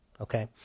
okay